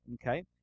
Okay